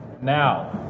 Now